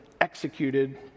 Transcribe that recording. executed